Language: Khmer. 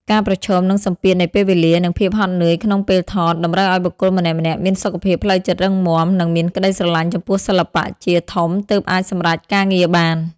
ការប្រឈមនឹងសម្ពាធនៃពេលវេលា និងភាពហត់នឿយក្នុងពេលថត តម្រូវឱ្យបុគ្គលម្នាក់ៗមានសុខភាពផ្លូវចិត្តរឹងមាំ និងមានក្ដីស្រឡាញ់ចំពោះសិល្បៈជាធំទើបអាចសម្រេចការងារបាន។